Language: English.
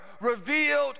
revealed